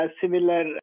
similar